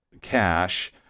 cash